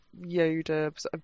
Yoda